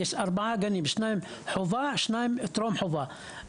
יש ארבעה גנים, שניים חובה, שניים טרום חובה.